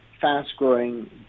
fast-growing